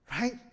right